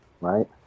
right